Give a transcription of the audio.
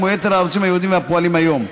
כמו יתר הערוצים הייעודיים הפועלים היום.